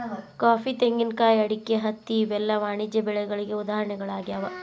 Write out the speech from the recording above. coffee, ತೆಂಗಿನಕಾಯಿ, ಅಡಿಕೆ, ಹತ್ತಿ ಇವೆಲ್ಲ ವಾಣಿಜ್ಯ ಬೆಳೆಗಳಿಗೆ ಉದಾಹರಣೆಗಳಾಗ್ಯಾವ